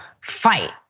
fight